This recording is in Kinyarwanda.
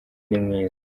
nimwiza